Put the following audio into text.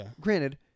Granted